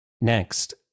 Next